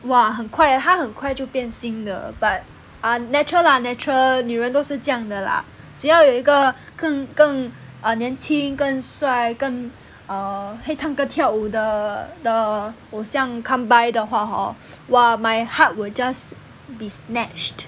!wah! 很快她很快就变心的 but ah natural lah natural 女人都是这样的 lah 只要有一个更更年轻更帅更会唱歌跳舞的的偶像 come by 的话 hor !wah! my heart will just be snatched